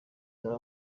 dore